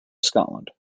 scotland